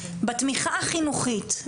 בתמיכה החינוכית,